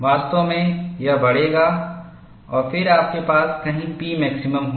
वास्तव में यह बढ़ेगा और फिर आपके पास कहीं Pmaximum होगा